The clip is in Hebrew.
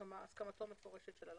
הסכמתו המפורשת של הלקוח.